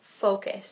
focus